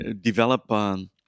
develop